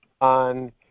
On